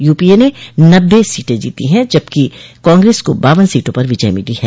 UPA ने नब्बे सीटें जीती ह जबकि कांग्रेस को बावन सीटों पर विजय मिली है